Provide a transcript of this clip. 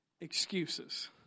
excuses